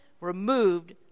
removed